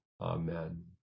Amen